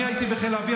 אני הייתי בחיל האוויר,